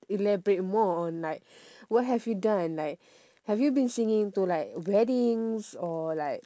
elaborate more on like what have you done like have you been singing to like weddings or like